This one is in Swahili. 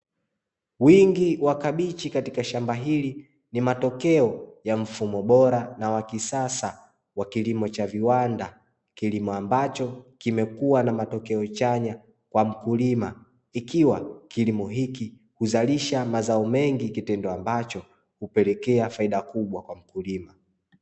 Wingi wa kabichi katika shamba hili ni matokeo ya mfumo bora na wa kisasa wa kilimo cha viwanda, kilimo ambacho kimekuwa na matokeo chanya kwa mkulima, ikiwa kilimo hiki huzalisha mazao mengi, kitendo ambacho hupelekea faida kubwa kwa mkulima.